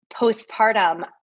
postpartum